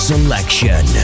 Selection